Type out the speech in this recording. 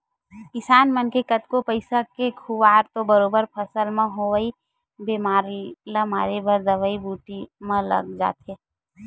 किसान मन के कतको पइसा के खुवार तो बरोबर फसल म होवई बेमारी ल मारे बर दवई बूटी म लग जाथे